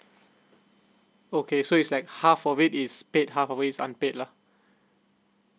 okay so is like half of it is paid half of it is unpaid lah